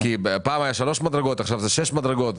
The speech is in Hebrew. פעם היו שלוש מדרגות, עכשיו זה שש מדרגות.